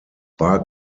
bar